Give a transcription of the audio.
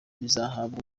bizahabwa